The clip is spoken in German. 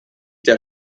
der